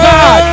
God